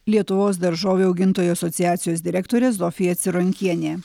lietuvos daržovių augintojų asociacijos direktorė zofija cironkienė